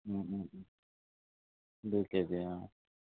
দুই কেজি অঁ